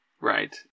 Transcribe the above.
Right